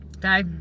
Okay